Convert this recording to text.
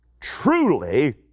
Truly